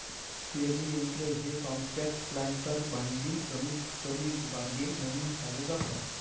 पेरणी यंत्र हे कॉम्पॅक्ट प्लांटर भांडी कमीतकमी बागे म्हणून कार्य करतात